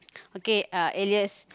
okay uh alias